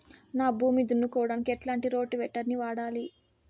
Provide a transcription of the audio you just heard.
నా భూమి దున్నుకోవడానికి ఎట్లాంటి రోటివేటర్ ని నేను వాడాలి?